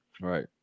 Right